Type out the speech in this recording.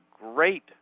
great